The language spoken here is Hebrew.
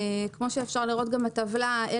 כמו שאפשר לראות בטבלה שבשקף,